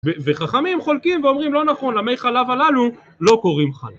וחכמים חולקים ואומרים: לא נכון, למי חלב הללו לא קוראים חלב.